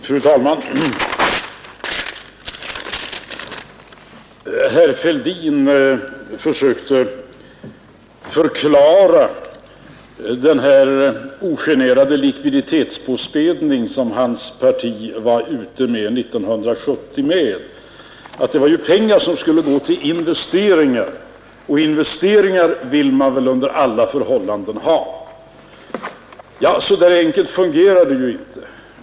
Fru talman! Herr Fälldin försökte förklara den ogenerade likviditetspåspädning som hans parti var ute med 1970. Det var pengar som skulle gå till investeringar, och sådana vill man väl under alla förhållanden ha, sade herr Fälldin. Ja, så där enkelt fungerar det inte.